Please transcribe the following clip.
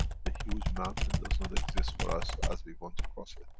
the huge mountain does not exist for us as we want to cross it.